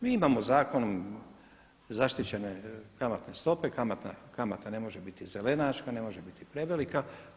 Mi imamo zakonom zaštićene kamatne stope, kamata ne može biti zelenaška, ne može biti prevelika.